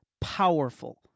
powerful